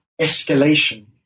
escalation